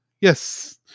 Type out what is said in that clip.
Yes